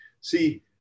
see